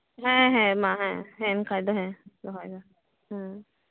ᱦᱮᱸ ᱦᱮᱸ ᱢᱟ ᱦᱮᱸ ᱮᱱᱠᱷᱟᱡ ᱫᱚ ᱦᱮᱸ ᱫᱚᱦᱚᱭ ᱢᱮ ᱦᱮᱸ